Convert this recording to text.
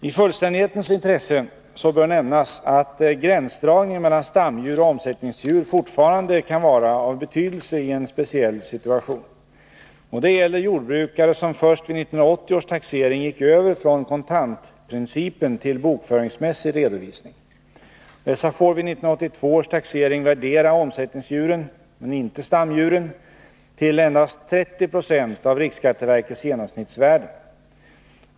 I fullständighetens intresse bör nämnas att gränsdragningen mellan stamdjur och omsättningsdjur fortfarande kan vara av betydelse i en speciell situation. Det gäller jordbrukare som först vid 1980 års taxering gick över från kontantprincipen till bokföringsmässig redovisning. Dessa får vid 1982 års taxering värdera omsättningsdjuren — men inte stamdjuren — till endast 30 Jo av riksskatteverkets genomsnittsvärden.